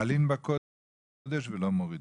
מעלים בקודש ולא מורידים.